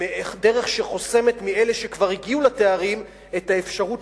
דרך שחוסמת מאלה שכבר הגיעו לתארים את האפשרות